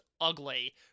ugly